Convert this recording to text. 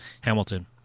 Hamilton